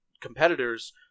competitors